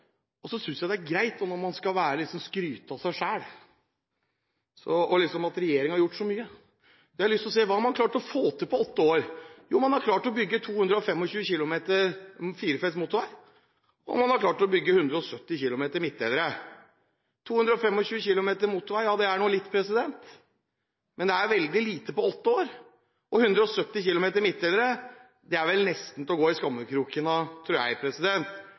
gjort så mye, har jeg lyst til å si: Hva har man klart å få til på åtte år? Jo, man har klart å bygge 225 km firefelts motorvei, og man har klart å bygge 170 km midtdelere. 225 km motorvei er nå litt, men det er veldig lite på åtte år. 170 km midtdelere er vel nesten til å gå i skammekroken av, tror jeg,